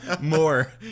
more